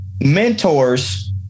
mentors